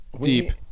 deep